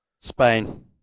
Spain